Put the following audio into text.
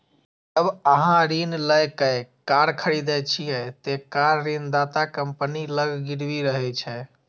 जब अहां ऋण लए कए कार खरीदै छियै, ते कार ऋणदाता कंपनी लग गिरवी रहै छै